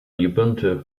ubuntu